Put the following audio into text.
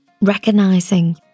recognizing